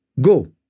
go